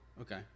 Okay